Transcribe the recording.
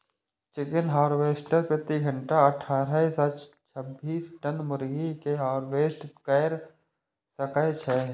chicken harvester प्रति घंटा अट्ठारह सं छब्बीस टन मुर्गी कें हार्वेस्ट कैर सकै छै